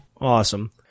Awesome